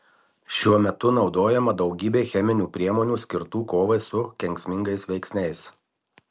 šiuo metu naudojama daugybė cheminių priemonių skirtų kovai su kenksmingais veiksniais